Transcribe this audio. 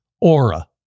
Aura